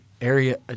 area